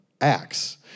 Acts